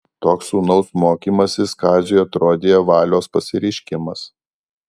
toks sūnaus mokymasis kaziui atrodė valios pasireiškimas